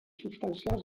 substancials